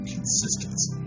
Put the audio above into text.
consistency